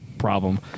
Problem